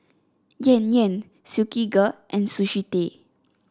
Yan Yan Silkygirl and Sushi Tei